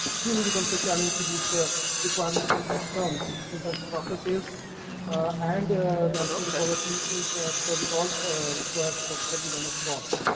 it really becomes a challenge to meet the requirements in these terms in terms of after sales and ah managing the quality because it all requires like a certain kind of cost.